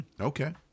Okay